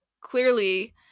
clearly